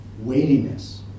weightiness